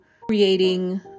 creating